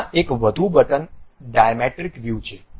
ત્યાં એક વધુ બટન ડાયમેટ્રિક વ્યૂ છે